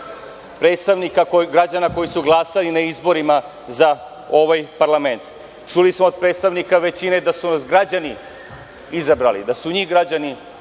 predstavnika građana koji su glasali na izborima za ovaj parlament. Čuli smo od predstavnika većine da su nas građani izabrali, da su njih građani izabrali.